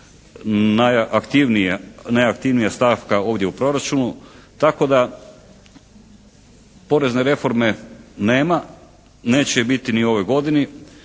najaktivnija stavka ovdje u proračunu, tako da porezne reforme nema, neće je biti ni u ovoj godini,